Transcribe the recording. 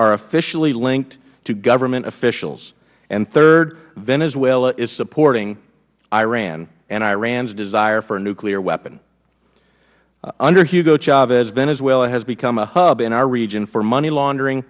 are officially linked to government officials and third venezuela is supporting iran and iran's desire for a nuclear weapon under hugo chavez venezuela has become a hub in our region for money laundering